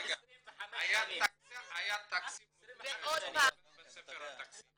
היה תקציב --- בספר התקציב.